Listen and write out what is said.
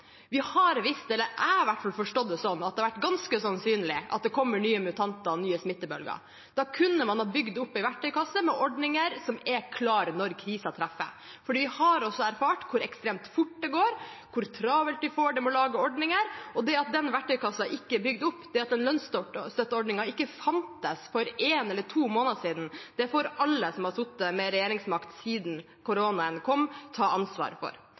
har visst – jeg har i hvert fall forstått det – at det har vært ganske sannsynlig at det kommer nye mutanter og nye smittebølger. Da kunne man ha fylt opp en verktøykasse med ordninger som er klare når krisen treffer. Vi har også erfart hvor ekstremt fort det går, og hvor travelt vi får det med å lage ordninger. Det at den verktøykassa ikke er fylt opp, at lønnsstøtteordningen ikke fantes for en eller to måneder siden, får alle som har sittet med regjeringsmakt siden koronaen kom, ta ansvar for.